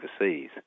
Overseas